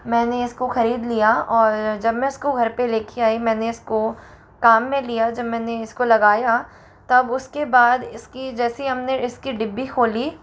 मैंने इसको खरीद लिया और जब मैं उसको घर पर लेके आई मैंने इसको काम में लिया जब मैंने इसको लगाया तब उसके बाद इसकी जैसी हमने इसकी डिब्बी खोली